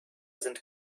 sind